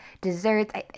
desserts